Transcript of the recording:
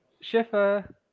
Schiffer